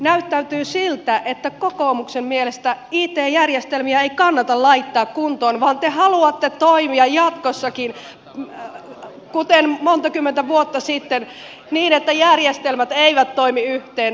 näyttää siltä että kokoomuksen mielestä it järjestelmiä ei kannata laittaa kuntoon vaan te haluatte toimia jatkossakin kuten monta kymmentä vuotta sitten niin että järjestelmät eivät toimi yhteen